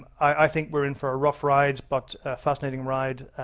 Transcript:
i think we're in for a rough ride, but a fascinating ride.